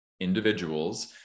individuals